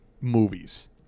movies